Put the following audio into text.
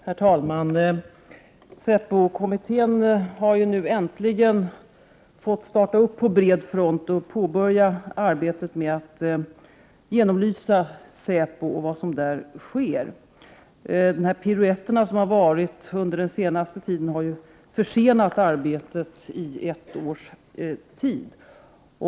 Herr talman! Säpokommittén har äntligen fått börja på bred front med att genomlysa säpo och vad som där sker. De piruetter som förekommit under den senaste tiden har försenat arbetet i ett års tid.